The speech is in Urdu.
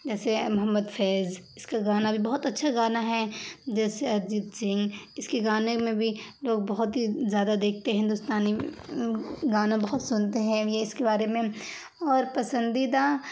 جیسے محمد فیض اس کا گانا بھی بہت اچھا گانا ہے جیسے ارجیت سنگھ اس کے گانے میں بھی لوگ بہت ہی زیادہ دیکھتے ہیں ہندوستانی گانا بہت سنتے ہیں یہ اس کے بارے میں اور پسندیدہ